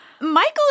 Michael